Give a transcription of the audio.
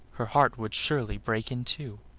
her heart would surely break in two.